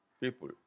people